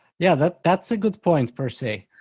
yeah, that's that's a good point per say.